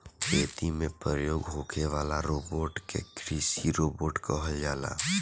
खेती में प्रयोग होखे वाला रोबोट के कृषि रोबोट कहल जाला